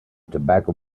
tobacco